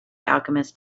alchemist